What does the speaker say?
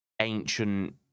ancient